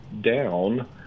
down